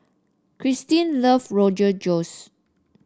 Krystin love Rogan Josh